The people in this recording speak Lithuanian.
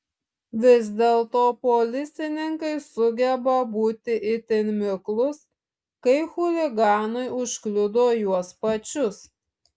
vis dėlto policininkai sugeba būti itin miklūs kai chuliganai užkliudo juos pačius